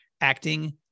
acting